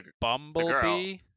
Bumblebee